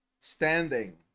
standing